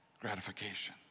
gratification